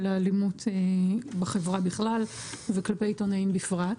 האלימות בחברה בכלל וכלפי עיתונאים בפרט.